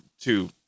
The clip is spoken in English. two